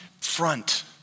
front